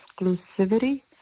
exclusivity